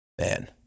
Man